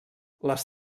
les